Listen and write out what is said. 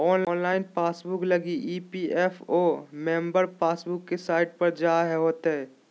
online passbook लगी EPFO member passbook के site पर जाय होतो